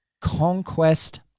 conquest